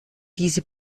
diese